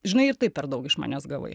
žinai ir taip per daug iš manęs gavai